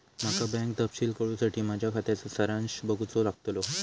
माका बँक तपशील कळूसाठी माझ्या खात्याचा सारांश बघूचो लागतलो